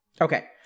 Okay